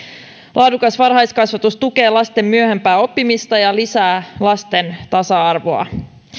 laadukas varhaiskasvatus tukee lasten myöhempää oppimista ja lisää lasten tasa arvoa